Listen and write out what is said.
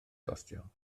gostio